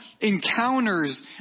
encounters